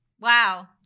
Wow